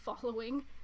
following